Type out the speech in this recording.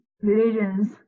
religions